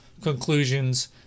conclusions